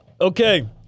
Okay